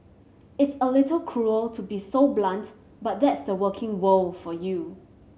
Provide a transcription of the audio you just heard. it's a little cruel to be so blunt but that's the working world for you